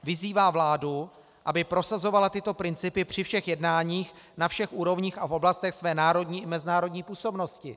Vyzývá vládu, aby prosazovala tyto principy při všech jednáních na všech úrovních a v oblastech své národní i mezinárodní působnosti.